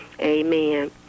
Amen